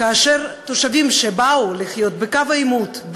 כאשר תושבים שבאו לחיות בקו העימות,